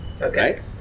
Okay